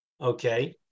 Okay